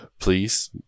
please